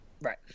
Right